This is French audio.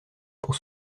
pour